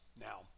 now